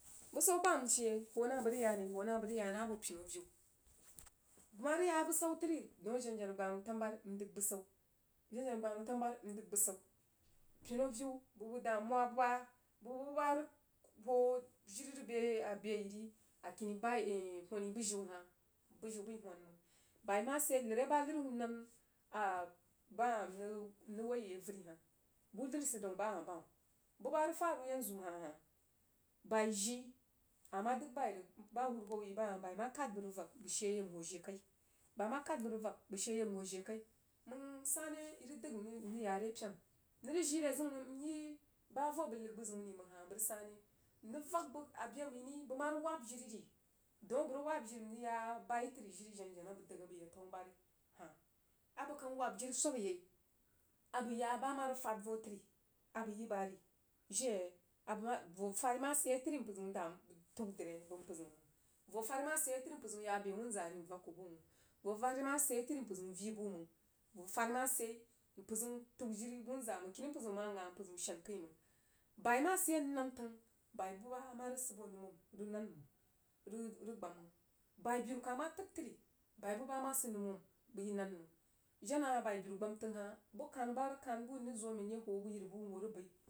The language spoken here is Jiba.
Bə sau bam she, bəg rəg hani ho bəg ya na bo pinu aviui bəg ma rəg ya bəsau təri dana jena jena gbah nəu tanubari n dəgbə sau jena jena gbah nəu tanubari n dəg bəsau. Pinu aviu bəg bəg damura buba bəgbuba hoo jiri rəgbe abe yiri akini bai whanni bəjiu hah bəjiu bəi lulan məng baima sid yei nəri aba nəri nan ba hah n rəg woi yi avəri hah bu nəri sid daun aha bam bu ba rəg faru yanzu hah ha bai ji, ama dəg bai rəg, ba hurahwo yi ba hah bai ma kad bəg rəg vak bə sheyei n hau jii kai, bai ma kad bəg rəg yak bəg she yei n hoo jii kai məng sane i rəg dəg n rəg yare pen nəng rəg jii re zəun nəng n yi ba vo bəg nəg bəzəuri mənha bə rəg sane? I rəg vak bəg aje məiri bəgma rəg wajira danabəg wabəiri n rəg ya ba jiri jenajena a bəg dəg a bəg yak tanubari hah abəg kan wabjiri swabyei bama rəg fad vo təri abəg yi bari. Jiri abəgma, vo fari ma sid yei təri mpəraru dan təndribəg mpərzəu məng. Vo fari ma sidyei təri mpər zəun ya be wunza n yak kubuməng vo farima sidyei təri mpər zəun vii bu məng vo fari masid yei təri mpər zəun təujiri wumza məng kini mpər zəun ma gha mpər zəun shen kəi məng. Bai ma sid yei nəng nan təng, ba bu ba hah mana rəg sid bo numon rəg nan məngi rəg gbam məng bai biru kah ma təg təri rəg nan məng jenah hah bai biru gbamtəng hah bu kanu ba rəg kan bu n rəg zo men n ye hun yiribu nhoo rəg bəi